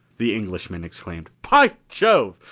the englishman exclaimed. by jove!